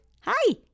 Hi